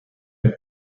est